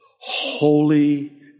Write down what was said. holy